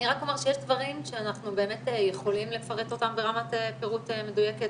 אני רק אומר שיש דברים שאנחנו יכולים לפרט אותם ברמת פירוט מדויקת,